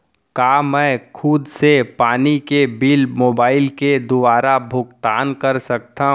का मैं खुद से पानी के बिल मोबाईल के दुवारा भुगतान कर सकथव?